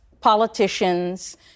politicians